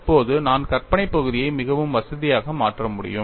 இப்போது நான் கற்பனை பகுதியை மிகவும் வசதியாக மாற்ற முடியும்